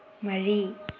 ꯃꯔꯤ